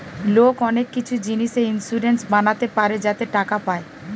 লোক অনেক কিছু জিনিসে ইন্সুরেন্স বানাতে পারে যাতে টাকা পায়